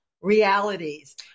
realities